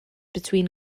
between